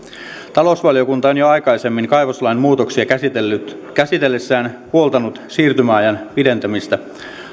talousvaliokunta on jo aikaisemmin kaivoslain muutoksia käsitellessään puoltanut siirtymäajan pidentämistä